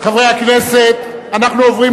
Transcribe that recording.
חברי הכנסת, אנחנו עוברים